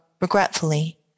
regretfully